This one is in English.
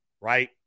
right